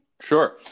Sure